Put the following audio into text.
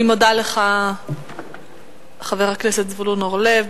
אני מודה לך, חבר הכנסת זבולון אורלב.